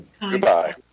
Goodbye